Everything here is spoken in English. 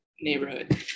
neighborhood